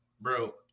bro